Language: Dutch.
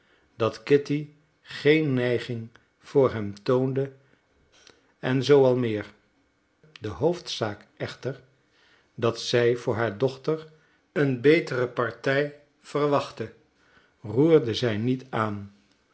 dat kitty geen neiging voor hem toonde en zoo al meer de hoofdzaak echter dat zij voor haar dochter een betere partij verwachtte roerde zij niet aan